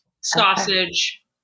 sausage